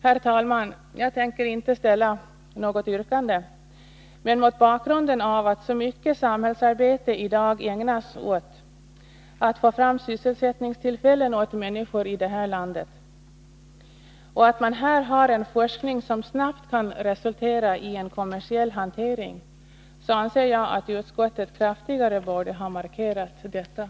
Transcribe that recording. Herr talman! Jag tänker inte ställa något yrkande, men mot bakgrund av att så mycket samhällsarbete i dag ägnas åt att få fram sysselsättningstillfällen åt människor i det här landet och av att man här har en forskning som snabbt kan resultera i en kommersiell hantering, anser jag att utskottet borde ha gjort en kraftigare markering.